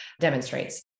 demonstrates